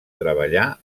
treballà